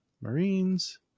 Marines